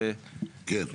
כן.